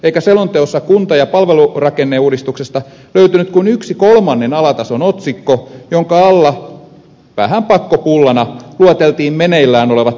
eikä selonteossa kunta ja palvelurakenneuudistuksesta löytynyt kuin yksi kolmannen alatason otsikko jonka alla vähän pakkopullana lueteltiin meneillään olevat tietohallinnon kehittämishankkeet